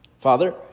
Father